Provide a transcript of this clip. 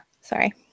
Sorry